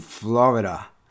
Florida